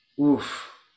Oof